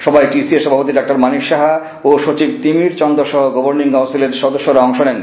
সভায় টিসিএ সভাপতি ডা মানিক সাহা ও সচিব তিমির চন্দ সহ গভর্নিং কাউন্সিলের সদস্যরা অংশ নেন